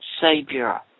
Savior